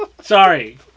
Sorry